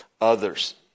others